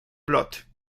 blot